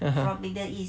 (uh huh)